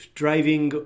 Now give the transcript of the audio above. driving